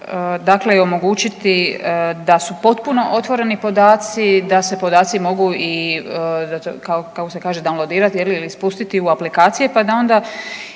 dakle i omogućiti da su potpuno otvoreni podaci, da se podaci mogu i kako se kaže downloadirati ili spustiti u aplikacije pa onda